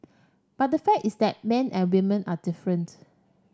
but the fact is that men and women are different